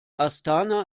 astana